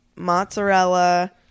Mozzarella